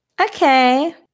Okay